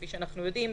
כפי שאנחנו יודעים,